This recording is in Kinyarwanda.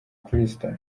kristo